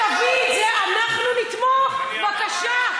היום תביא את זה, אנחנו נתמוך, בבקשה.